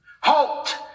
Halt